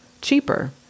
cheaper